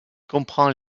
comprend